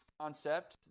concept